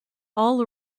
all